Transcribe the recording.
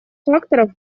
факторов